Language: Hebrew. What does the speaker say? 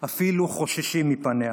הם אפילו חוששים מפניה,